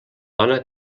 dona